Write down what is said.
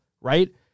right